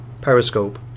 Periscope